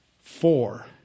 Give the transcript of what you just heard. Four